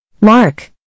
Mark